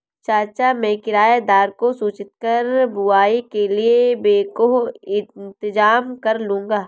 चाचा मैं किराएदार को सूचित कर बुवाई के लिए बैकहो इंतजाम करलूंगा